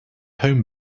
home